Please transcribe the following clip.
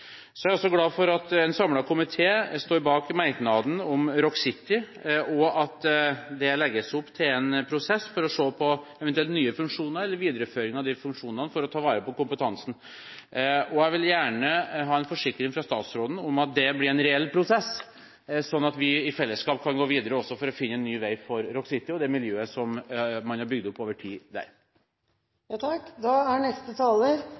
Så er jeg også glad for at en samlet komité står bak merknaden om Rock City, og at det legges opp til en prosess for å se på eventuelle nye funksjoner eller videreføring av funksjonene for å ta vare på kompetansen. Jeg vil gjerne ha en forsikring fra statsråden om at det blir en reell prosess, slik at vi i fellesskap kan gå videre for å finne en ny vei for Rock City og det miljøet som man har bygd opp over tid der.